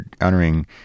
honoring